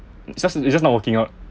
just it just not working out